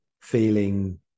feeling